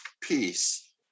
peace